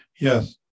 yes